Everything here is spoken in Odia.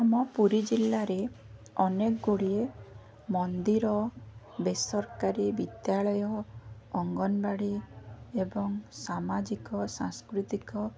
ଆମ ପୁରୀ ଜିଲ୍ଲାରେ ଅନେକଗୁଡ଼ିଏ ମନ୍ଦିର ବେସରକାରୀ ବିଦ୍ୟାଳୟ ଅଙ୍ଗନବାଡ଼ି ଏବଂ ସାମାଜିକ ସାଂସ୍କୃତିକ